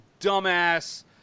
dumbass